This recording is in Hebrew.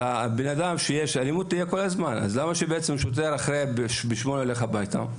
תהיה כל הזמן אלימות, למה ששוטר ילך הביתה בשמונה?